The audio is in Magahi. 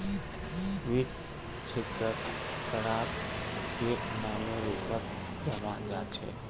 वित्त क्षेत्रत खतराक एक नामेर रूपत जाना जा छे